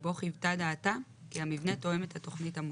ובו חיוותה דעתה כי המבנה תואם את התוכנית המוצעת.